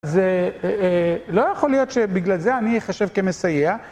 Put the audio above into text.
זה לא יכול להיות שבגלל זה אני אחשב כמסייע.